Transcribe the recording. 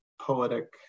poetic